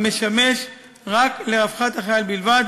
המשמש לרווחת החייל בלבד,